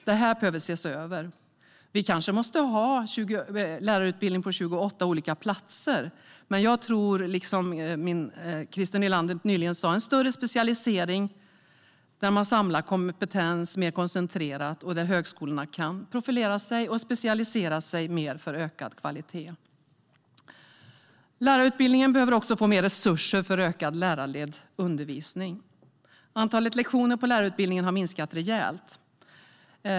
Det här behöver ses över. Vi kanske måste ha lärarutbildning på 28 olika platser, men jag tror på, som Christer Nylander talade om, en större specialisering där man samlar kompetens mer koncentrerat och där högskolorna kan profilera sig och specialisera sig mer för ökad kvalitet. Lärarutbildningen behöver få mer resurser för ökad lärarledd undervisning. Antalet lektioner på lärarutbildningen har minskat rejält.